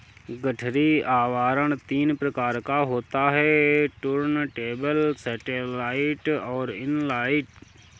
गठरी आवरण तीन प्रकार का होता है टुर्नटेबल, सैटेलाइट और इन लाइन